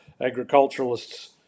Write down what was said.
agriculturalists